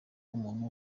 umuntu